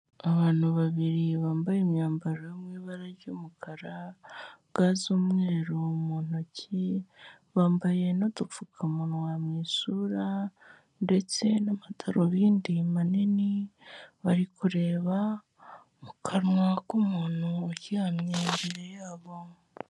Abantu babiri bambaye imyambaro yo mu ibara ry'umukara, ga z'umweru mu ntoki, bambaye n'udupfukamunwa mu isura ndetse n'amadarubindi manini, bari kureba mu kanwa k'umuntu uryamye imbere yabo.